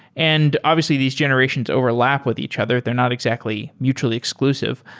and obviously these generations overlap with each other. they're not exactly mutually exclusive.